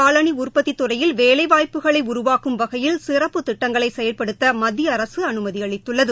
தோல் மற்றும் காலணி உற்பத்தி துறையில் வேலைவாய்ப்புகளை உருவாக்கும் வகையில் சிறப்பு திட்டங்களை செயல்படுத்த மத்திய அரசு அனுமதி அளித்துள்ளது